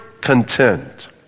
Content